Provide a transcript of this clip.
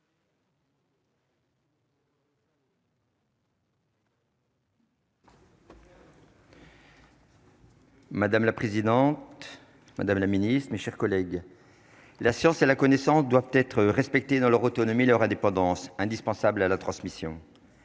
Madame la présidente, Madame la Ministre, mes chers collègues, la science et la connaissance doivent être respectés dans leur autonomie, leur indépendance, indispensables à la transmission